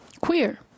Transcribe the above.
queer